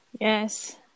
Yes